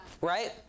Right